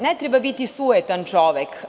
Ne treba biti sujetan čovek.